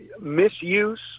misuse